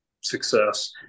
success